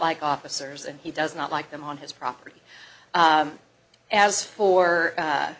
like officers and he does not like them on his property as for a